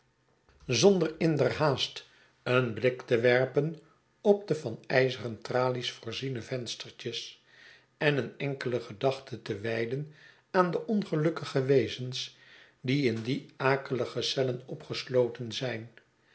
zonder in der haast een folik te werpen op de van ijzereri tralies voorziene venstertjes en een enkele gedachte te wijden aan de ongelukkige wezens die in die akelige cellen opgesloten zijn